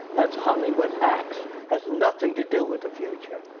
that's hollywood hacks. has nothing to do with the future.